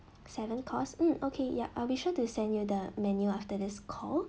seven course mm okay yup uh we'll be sure will send you the menu after this call